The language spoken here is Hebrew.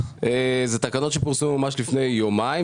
זו טיוטת תקנות שפורסמה ממש לפי יומיים,